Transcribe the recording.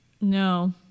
No